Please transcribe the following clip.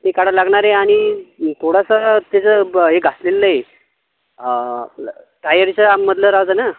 ते काढावा लागणार आहे आणि थोडासा त्याचं ब ए घासलेला आहे टायरच्यामधलं राहतं ना